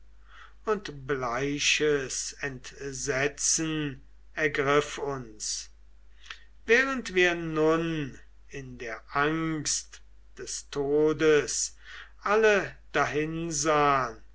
und bleiches entsetzen ergriff uns während wir nun in der angst des todes alle